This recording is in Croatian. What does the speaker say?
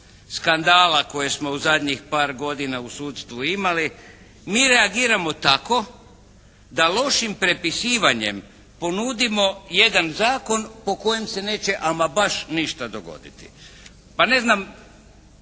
skandala koje smo u zadnjih par godina u sudstvu imali, mi reagiramo tako da lošim prepisivanjem ponudimo jedan zakon po kojem se neće ama baš ništa dogoditi. Pa ne znam